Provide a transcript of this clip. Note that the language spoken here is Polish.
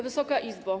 Wysoka Izbo!